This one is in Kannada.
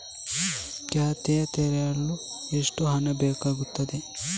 ಖಾತೆ ತೆರೆಯಲು ಎಷ್ಟು ಹಣ ಹಾಕಬೇಕು?